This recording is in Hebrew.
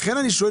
לכן אני שואל,